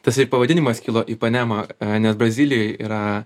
tasai pavadinimas kilo ipanema nes brazilijoj yra